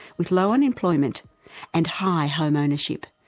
with low unemployment and high home ownership.